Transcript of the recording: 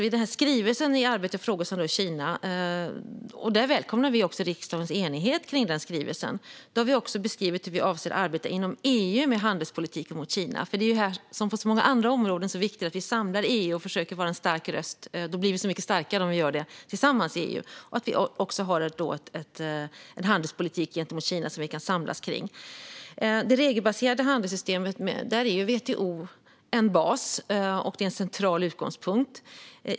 I skrivelsen om arbetet med frågor som rör Kina - vi välkomnar också riksdagens enighet om den skrivelsen - har vi också beskrivit hur vi avser att arbeta inom EU med handelspolitik gentemot Kina. Det är här som på så många andra områden viktigt att vi samlar EU och försöker vara en stark röst. Vi blir så mycket starkare om vi gör det tillsammans i EU och också har en handelspolitik som vi kan samlas kring. I det regelbaserade handelssystemet är WTO en bas och en central utgångspunkt.